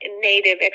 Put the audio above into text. Native